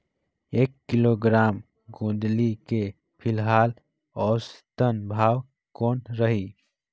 एक किलोग्राम गोंदली के फिलहाल औसतन भाव कौन रही?